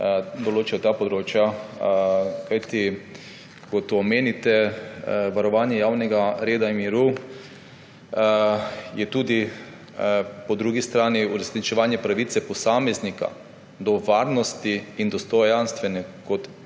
določijo ta področja. Kajti ko to omenite, varovanje javnega reda in miru, je po drugi strani tudi uresničevanje pravice posameznika do varnosti in dostojanstva kot